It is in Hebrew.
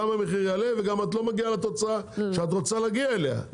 גם המחיר יעלה ואת גם לא מגיעה לתוצאה שאת רוצה להגיע אליה,